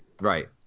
Right